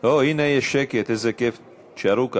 הנה יש שקט, איזה כיף, תישארו כך.